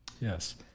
Yes